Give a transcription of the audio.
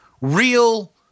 real